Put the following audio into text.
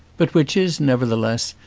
but which is, nevertheless,